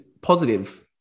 positive